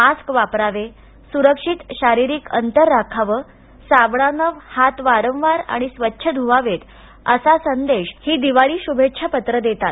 mask वापरावे सुरक्षित शारिरीक अंतर राखावं साबणानं हात वारंवार आणि स्वच्छ ध्वावे असा संदेश हि दिवाळी शुभेच्छा पत्रं देतात